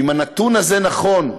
אם הנתון הזה נכון,